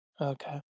Okay